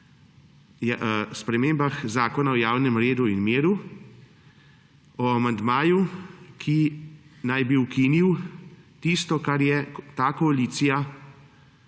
sprememb zakona o javnem redu in miru, o amandmaju, ki naj bi ukinil tisto, kar je ta koalicija